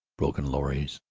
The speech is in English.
broken lorries,